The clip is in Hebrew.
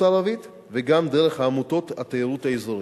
הערבית וגם דרך עמותות התיירות האזורית.